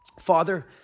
Father